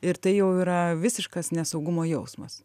ir tai jau yra visiškas nesaugumo jausmas